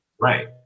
Right